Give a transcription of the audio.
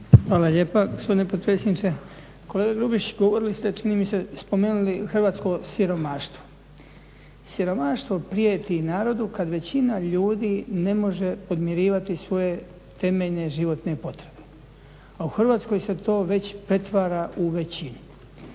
Hvala lijepa gospodine potpredsjedniče. Kolega Grubišić, govorili ste čini mi se spomenuli hrvatsko siromaštvo. Siromaštvo prijeti narodu kad većina ljudi ne može podmirivati svoje temeljne životne potrebe, a u Hrvatskoj se to već pretvara u većinu.